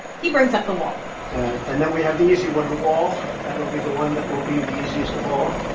he brings up the wall and then we have the easy one the wall. that'll be the one that will be the easiest of all.